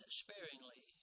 sparingly